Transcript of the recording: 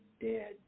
dead